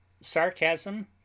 sarcasm